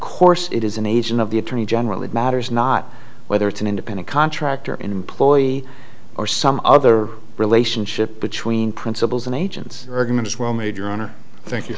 course it is an agent of the attorney general it matters not whether it's an independent contractor employee or some other relationship between principals and agents are going to swell major honor thank you